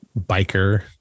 biker